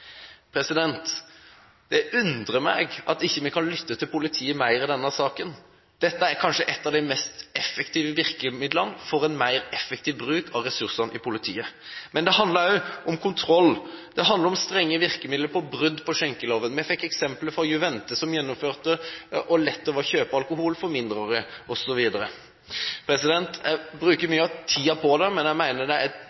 Det undrer meg at vi ikke kan lytte mer til politiet i denne saken. Dette er kanskje et av de mest effektive virkemidlene for en mer effektiv bruk av ressursene i politiet. Men det handler også om kontroll. Det handler om strenge virkemidler for brudd på skjenkeloven. Vi fikk eksempler fra Juvente, som gjennomførte en test som viste hvor lett det var å kjøpe alkohol for mindreårige, osv. Jeg bruker